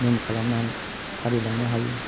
नियम खालामनाय फालिलांनो हायो